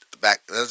back